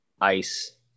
ice